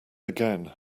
again